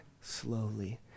slowly